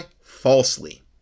falsely